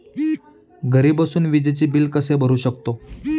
घरी बसून विजेचे बिल कसे भरू शकतो?